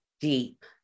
deep